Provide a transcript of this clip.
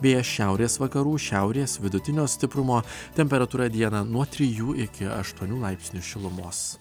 vėjas šiaurės vakarų šiaurės vidutinio stiprumo temperatūra dieną nuo trijų iki aštuonių laipsnių šilumos